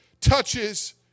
touches